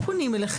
איך פונים?